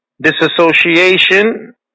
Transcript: Disassociation